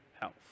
health